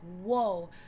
whoa